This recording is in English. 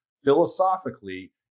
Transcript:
Philosophically